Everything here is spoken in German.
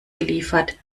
geliefert